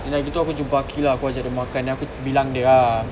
then dah gitu aku jumpa aqil aku ajak dia makan and aku bilang dia ah